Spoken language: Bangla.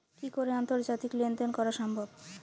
কি করে আন্তর্জাতিক লেনদেন করা সম্ভব?